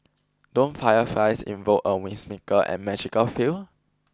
don't fireflies invoke a whimsical and magical feel